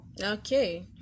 Okay